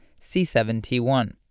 C7-T1